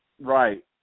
Right